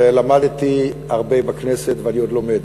ולמדתי הרבה בכנסת, ואני עוד לומד,